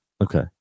Okay